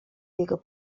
jego